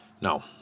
Now